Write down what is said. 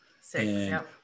Six